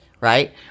Right